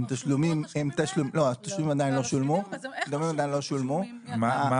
הם תשלומים --- כבר שולמו התשלומים האלה?